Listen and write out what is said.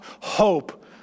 hope